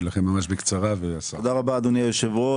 תודה רבה, אדוני היושב-ראש.